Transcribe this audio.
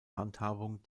handhabung